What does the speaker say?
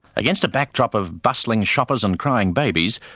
against a backdrop of bustling shoppers and crying babies,